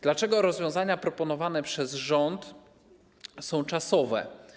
Dlaczego rozwiązania proponowane przez rząd są czasowe?